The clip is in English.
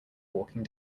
walking